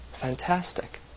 Fantastic